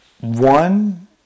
one